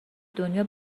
دنیا